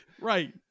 Right